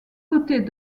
côtés